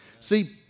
See